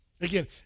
Again